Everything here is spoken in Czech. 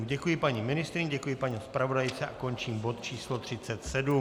Děkuji paní ministryni, děkuji paní zpravodajce a končím bod číslo 37.